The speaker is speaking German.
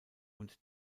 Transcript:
und